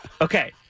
Okay